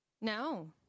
No